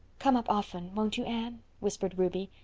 come up often, won't you, anne? whispered ruby.